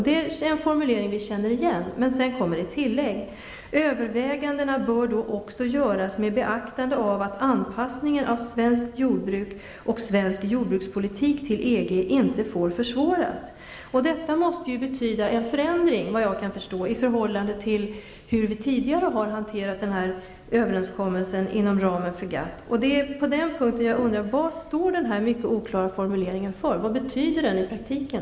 Det är en formulering som vi känner igen, men så kommer ett tillägg: ''Övervägandena bör då också göras med beaktande av att anpassningen av svenskt jordbruk och svensk jordbrukspolitik till EG inte får försvåras.'' ''Detta måste betyda en förändring i förhållande till hur vi tidigare har hanterat den här överenskommelsen inom ramen för GATT. Det är på den punkten som jag undrar: Vad står den här mycket oklara formuleringen för? Vad betyder den i praktiken?